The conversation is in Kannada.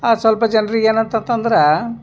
ಆ ಸ್ವಲ್ಪ ಜನರಿಗೆ ಏನಾತತಂದ್ರೆ